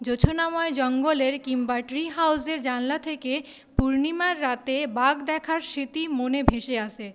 জোছনাময় জঙ্গলের কিংবা ট্রি হাউজের জানলা থেকে পূর্ণিমার রাতে বাঘ দেখার স্মৃতি মনে ভেসে আসে